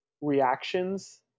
reactions